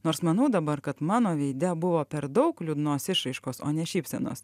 nors manau dabar kad mano veide buvo per daug liūdnos išraiškos o ne šypsenos